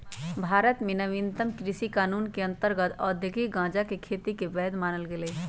भारत में नवीनतम कृषि कानून के अंतर्गत औद्योगिक गजाके खेती के वैध मानल गेलइ ह